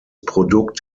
produkt